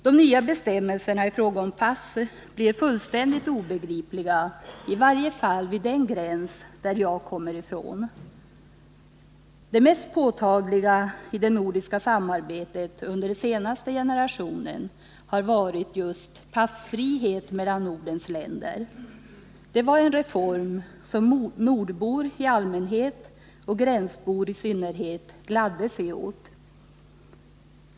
De nya bestämmelserna i fråga om pass blir fullständigt obegripliga, i varje fall vid den gräns där jag bor. Det mest påtagliga i det nordiska samarbetet under den senaste generationen har varit just passfriheten mellan Nordens länder. Det var en reform som nordbor i allmänhet, och gränsbor i synnerhet, gladde sig åt.